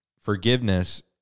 Forgiveness